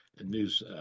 news